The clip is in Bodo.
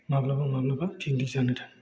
माब्लाबा माब्लाबा पिकनिक जानो थाङो